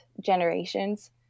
generations